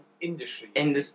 industry